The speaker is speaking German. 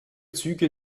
züge